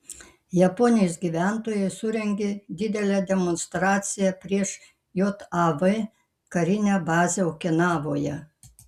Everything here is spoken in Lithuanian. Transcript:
japonijos gyventojai surengė didelę demonstraciją prieš jav karinę bazę okinavoje